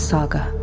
Saga